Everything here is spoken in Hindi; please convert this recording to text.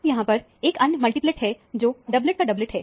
अब यहां एक अन्य मल्टीप्लेट है जो डबलेट का डबलेट है